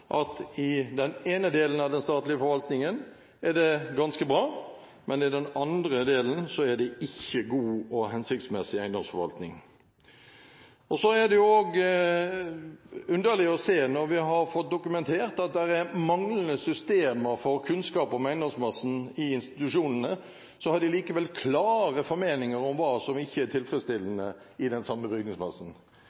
I den ene delen av den statlige forvaltningen er den ganske bra, men i den andre delen er det ikke god og hensiktsmessig eiendomsforvaltning. Det er også underlig å se at når vi har fått dokumentert at det er manglende systemer for kunnskap om eiendomsmassen i institusjonene, har man likevel klare formeninger om hva som ikke er